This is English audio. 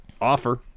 offer